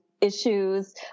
issues